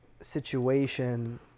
situation